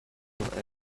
evident